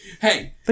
hey